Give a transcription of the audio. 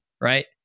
right